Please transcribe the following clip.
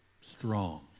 strong